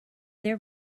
their